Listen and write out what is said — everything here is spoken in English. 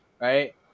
Right